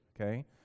okay